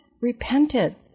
repented